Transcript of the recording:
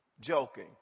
joking